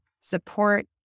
support